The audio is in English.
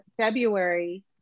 February